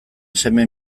seme